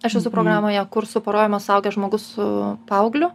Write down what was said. aš esu programoje kur suporuojamas suaugęs žmogus su paaugliu